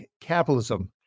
Capitalism